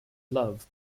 love